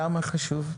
למה חשוב?